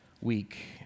week